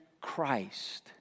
Christ